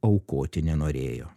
aukoti nenorėjo